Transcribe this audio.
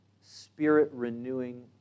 spirit-renewing